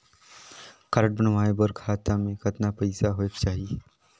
Card बनवाय बर खाता मे कतना पईसा होएक चाही?